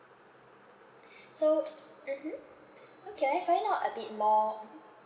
so mmhmm so can I find out a bit more mmhmm